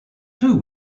two